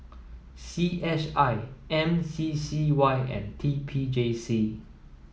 C S I M C C Y and T P J C